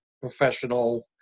professional